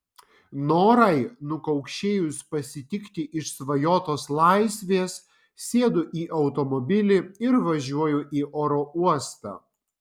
norai nukaukšėjus pasitikti išsvajotos laisvės sėdu į automobilį ir važiuoju į oro uostą